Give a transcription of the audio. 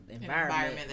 Environment